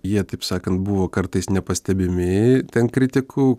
jie taip sakant buvo kartais nepastebimi ten kritikų